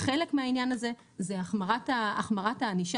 חלק מהעניין הזה זה החמרת הענישה.